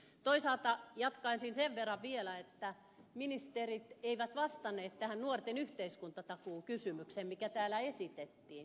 toisaalta jatkaisin sen verran vielä että ministerit eivät vastanneet tähän nuorten yhteiskuntatakuukysymykseen mikä täällä esitettiin